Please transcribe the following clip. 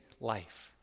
life